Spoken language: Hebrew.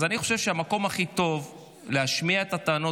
אז אני חושב שהמקום הכי טוב להשמיע את הטענות